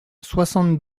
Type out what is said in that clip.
soixante